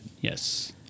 Yes